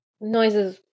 noises